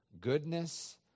goodness